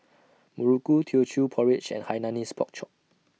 Muruku Teochew Porridge and Hainanese Pork Chop